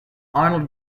arnold